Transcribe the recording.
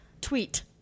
tweet